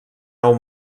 nou